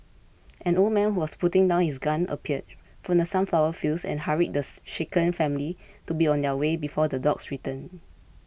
an old man who was putting down his gun appeared from the sunflower fields and hurried this shaken family to be on their way before the dogs return